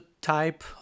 type